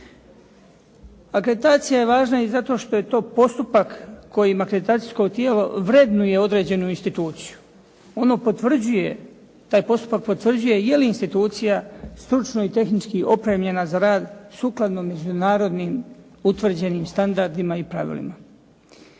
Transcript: Akreditacija je važna i zato što je to postupak kojim akreditacijsko tijelo vrednuje određenu instituciju. Ono potvrđuje, taj postupak potvrđuje jeli institucija stručno i tehnički opremljena za rad sukladno međunarodnim utvrđenim standardima i pravilima.